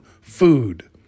food